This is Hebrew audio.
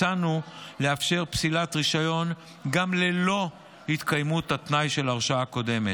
הצענו לאפשר פסילת רישיון גם ללא התקיימות התנאי של הרשעה קודמת.